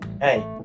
hey